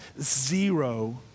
zero